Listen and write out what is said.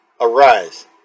Arise